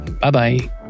Bye-bye